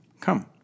Come